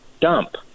dump